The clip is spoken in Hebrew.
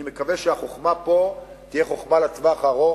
אני מקווה שהחוכמה פה תהיה חוכמה לטווח הארוך,